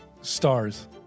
stars